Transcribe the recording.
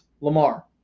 Lamar